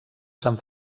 sant